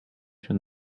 się